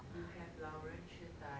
you have 老人痴呆